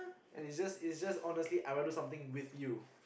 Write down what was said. and is just is just honestly I'd rather do something with you